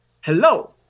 Hello